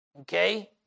okay